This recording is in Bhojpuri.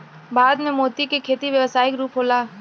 भारत में मोती के खेती व्यावसायिक रूप होला